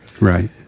right